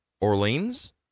Orleans